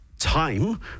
time